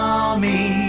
army